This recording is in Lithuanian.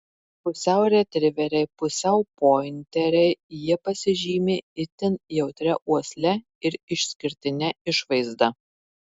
pusiau retriveriai pusiau pointeriai jie pasižymi itin jautria uosle ir išskirtine išvaizda